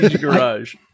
garage